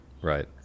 Right